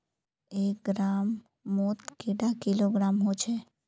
एक ग्राम मौत कैडा किलोग्राम होचे?